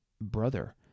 brother